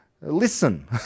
listen